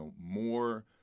more